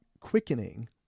quickening